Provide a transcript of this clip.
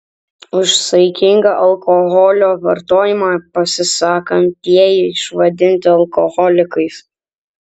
už saikingą alkoholio vartojimą pasisakantieji išvadinti alkoholikais